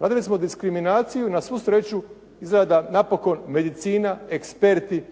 Radili smo diskriminaciju. Na svu sreću izgleda da napokon medicina, eksperti